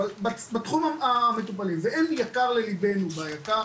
בתחום המטופלים ואין יקר לליבנו ביק"ר,